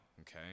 okay